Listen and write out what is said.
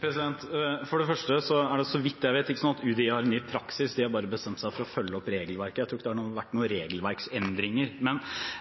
første er det, så vidt jeg vet, ikke slik at UDI har en ny praksis. De har bare bestemt seg for å følge opp regelverket. Jeg tror ikke det har vært noen regelverksendringer.